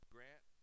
Grant